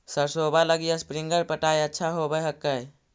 सरसोबा लगी स्प्रिंगर पटाय अच्छा होबै हकैय?